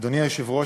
אדוני היושב-ראש,